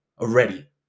already